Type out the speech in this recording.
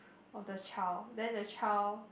of the child then the child